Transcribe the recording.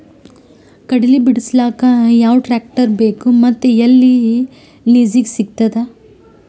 ಕಡಲಿ ಬಿಡಸಕ್ ಯಾವ ಟ್ರ್ಯಾಕ್ಟರ್ ಬೇಕು ಮತ್ತು ಎಲ್ಲಿ ಲಿಜೀಗ ಸಿಗತದ?